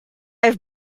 have